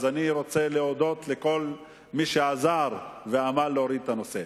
אז אני רוצה להודות לכל מי שעזר ועמל להוריד את הנושא.